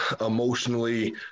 emotionally